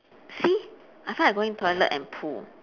see I feel like going toilet and poo